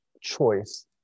choice